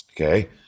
okay